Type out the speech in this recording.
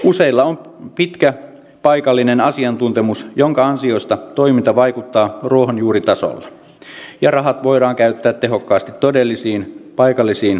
useilla on pitkä paikallinen asiantuntemus minkä ansiosta toiminta vaikuttaa ruohonjuuritasolla ja rahat voidaan käyttää tehokkaasti todellisiin paikallisiin tarpeisiin